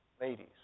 Ladies